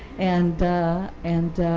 and and